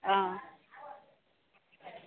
অ